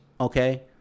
okay